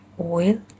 oil